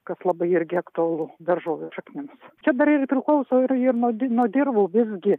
kas labai irgi aktualu daržovių šaknims čia dar ir priklauso ir ir nuo di nuo dirvų visgi